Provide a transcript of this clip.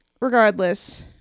regardless